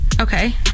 Okay